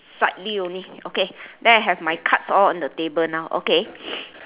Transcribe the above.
slightly only okay then I have my cards all on the table now okay